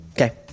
Okay